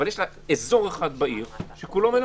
אבל יש לה אזור אחד בעיר שכולו מלונות,